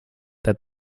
that